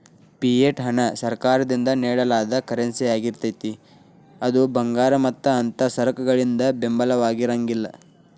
fiat ಹಣ ಸರ್ಕಾರದಿಂದ ನೇಡಲಾದ ಕರೆನ್ಸಿಯಾಗಿರ್ತೇತಿ ಅದು ಭಂಗಾರ ಮತ್ತ ಅಂಥಾ ಸರಕಗಳಿಂದ ಬೆಂಬಲಿತವಾಗಿರಂಗಿಲ್ಲಾ